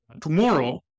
tomorrow